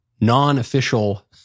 non-official